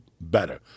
better